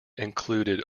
included